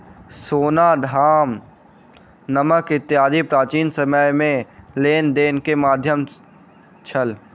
सोना, धान, नमक इत्यादि प्राचीन समय में लेन देन के माध्यम छल